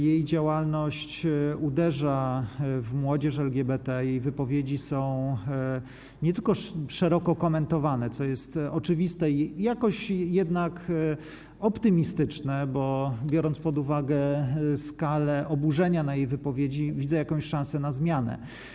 Jej działalność uderza w młodzież LGBT, jej wypowiedzi są nie tylko szeroko komentowane, co jest oczywiste i jakoś jednak optymistyczne, bo biorąc pod uwagę skalę oburzenia na jej wypowiedzi, widzę jakąś szansę na zmianę.